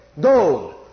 gold